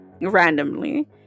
randomly